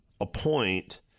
appoint